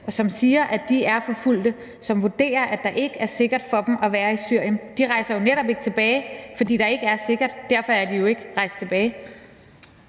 og hvor de siger, at de er forfulgte, og vurderer, at det ikke er sikkert for dem at være i Syrien. De rejser jo netop ikke tilbage, fordi der ikke er sikkert; derfor er de jo ikke rejst tilbage.